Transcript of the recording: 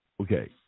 Okay